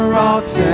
rocks